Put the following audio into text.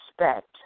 respect